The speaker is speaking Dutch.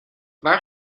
waar